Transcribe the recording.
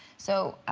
so